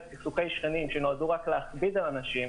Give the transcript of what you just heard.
סכסוכי שכנים שנועדו רק להכביד על אנשים,